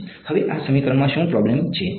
હવે આ સમીકરણમાં શું પ્રોબ્લેમ છે